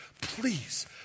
please